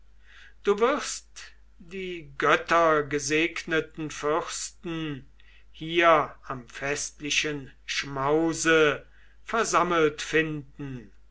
du wirst die göttergesegneten fürsten hier am festlichen schmause versammelt finden